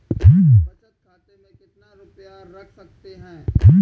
बचत खाते में कितना रुपया रख सकते हैं?